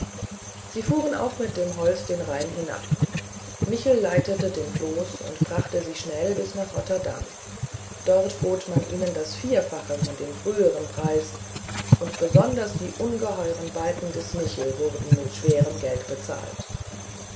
sie fuhren auch mit dem holz den rhein hinab michel leitete den floß und brachte sie schnell bis nach rotterdam dort bot man ihnen das vierfache von dem früheren preis und besonders die ungeheuren balken des michel wurden mit schwerem geld bezahlt